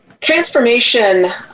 transformation